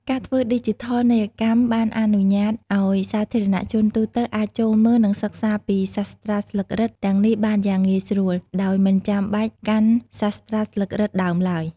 ការធ្វើឌីជីថលនីយកម្មបានអនុញ្ញាតឱ្យសាធារណជនទូទៅអាចចូលមើល និងសិក្សាពីសាស្រ្តាស្លឹករឹតទាំងនេះបានយ៉ាងងាយស្រួល ដោយមិនចាំបាច់កាន់សាស្រ្តាស្លឹករឹតដើមឡើយ។